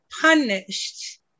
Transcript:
punished